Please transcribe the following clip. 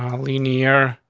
um lean ear,